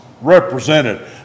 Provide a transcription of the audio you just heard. represented